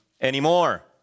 anymore